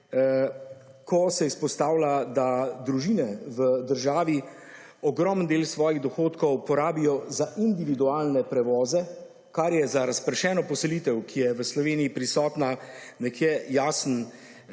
ko se izpostavlja, da družine v državi ogromni del svojih dohodkov porabijo za individualne prevoze, kar je za razpršeno poselitev, ki je v Sloveniji prisotna nekje jasen